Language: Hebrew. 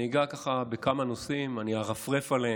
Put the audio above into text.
אגע ככה בכמה נושאים, אני ארפרף עליהם.